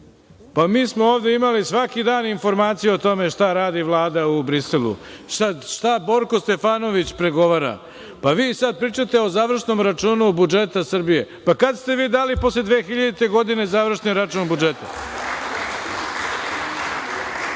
pa mi smo ovde imali svaki dan informaciju o tome šta radi Vlada u Briselu, šta Borko Stefanović pregovara. Pa vi sada pričate o završnom računu budžeta Srbije. Kada ste vi dali posle 2000. godine završni račun budžeta?